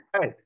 Hey